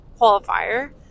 qualifier